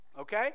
Okay